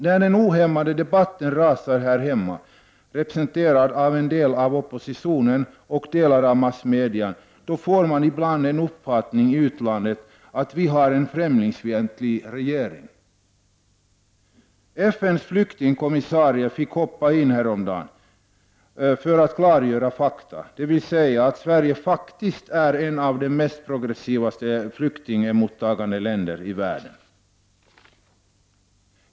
När den ohämmade debatten rasar här hemma, representerad av en del av oppositionen och delar av massmedia, då uppfattas det ibland i utlandet som att vi har en främlingsfientlig regering. FNs flyktingkommissarie fick häromdagen klargöra fakta, dvs. att Sverige faktiskt är ett av de mest progressiva flyktingmottagarländerna i världen.